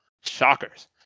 Shockers